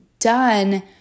done